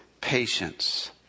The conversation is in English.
patience